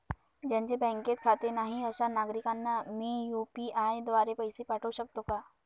ज्यांचे बँकेत खाते नाही अशा नागरीकांना मी यू.पी.आय द्वारे पैसे पाठवू शकतो का?